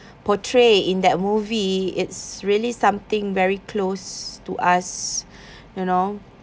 portray in that movie it's really something very close to us you know